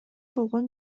болгон